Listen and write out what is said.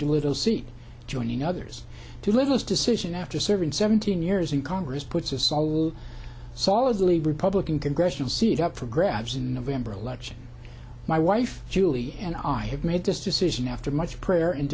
doolittle seat joining others to live this decision after serving seventeen years in congress puts us all solidly republican congressional seat up for grabs in november election my wife julie and i have made this decision after much prayer and